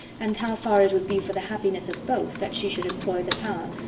and how far it would be for the happiness of both that she should employ the power,